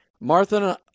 martha